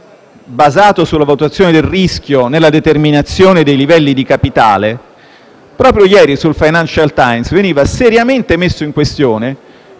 basato sulla valutazione del rischio nella determinazione dei livelli di capitale proprio ieri sul «Financial Times» veniva seriamente messo in questione